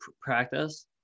practice